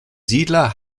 siedler